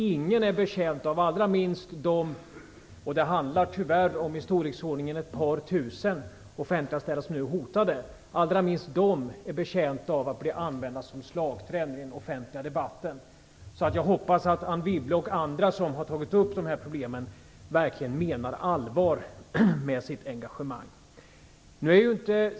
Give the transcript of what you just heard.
Ingen, allra minst de offentliganställda som nu är hotade - och det handlar tyvärr om ett par tusen - är betjänt av att bli använd som slagträ i den offentliga debatten. Jag hoppas därför att Anne Wibble och andra som har tagit upp de här problemen verkligen menar allvar med sitt engagemang.